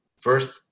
first